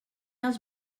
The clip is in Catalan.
als